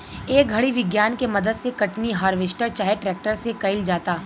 ए घड़ी विज्ञान के मदद से कटनी, हार्वेस्टर चाहे ट्रेक्टर से कईल जाता